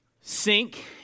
sink